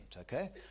okay